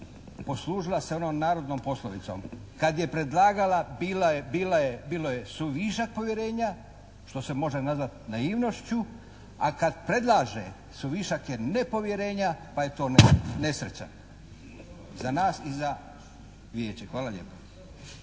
poslužila se onom narodnom poslovicom kad je predlagala bilo je suvišak povjerenja što se može nazvati naivnošću a kad predlaže suvišak je nepovjerenja pa je to nesreća za nas i za vijeće. Hvala lijepa.